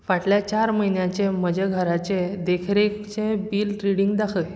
फाटल्या चार म्हयन्यांचें म्हजे घराचे देखरेखचें बील रिडींग दाखय